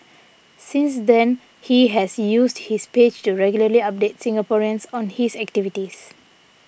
since then he has used his page to regularly update Singaporeans on his activities